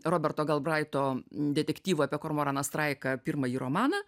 roberto galbraito detektyvą apie kormoraną straiką pirmąjį romaną